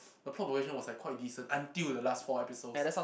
the was quite decent until the last four episodes